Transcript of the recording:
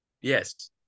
Yes